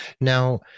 Now